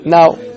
Now